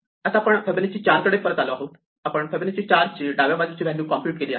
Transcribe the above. आता आपण फिबोनाची 4 कडे परत आलो आहोत आपण फिबोनाची 4 ची डाव्या बाजूची व्हॅल्यू कॉम्प्युट केली आहे